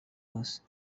was